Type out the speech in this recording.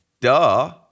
duh